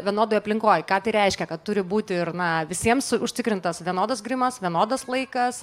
vienodoj aplinkoj ką tai reiškia kad turi būti ir na visiems užtikrintas vienodas grimas vienodas laikas